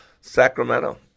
Sacramento